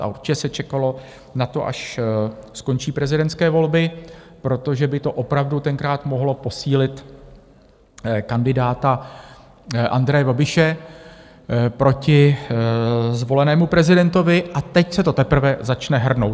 A určitě se čekalo na to, až skončí prezidentské volby, protože by to opravdu tenkrát mohlo posílit kandidáta Andreje Babiše proti zvolenému prezidentovi, a teď se to teprve začne hrnout.